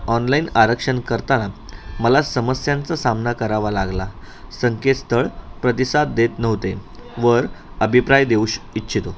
online आरक्षण करताना मला समस्यांचा सामना करावा लागला संकेतस्थळ प्रतिसाद देत नव्हते वर अभिप्राय देऊ श इच्छितो